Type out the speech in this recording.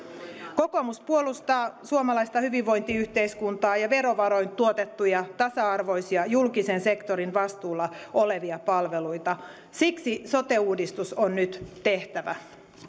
kokoomus puolustaa suomalaista hyvinvointiyhteiskuntaa ja verovaroin tuotettuja tasa arvoisia julkisen sektorin vastuulla olevia palveluita siksi sote uudistus on nyt tehtävä